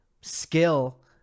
skill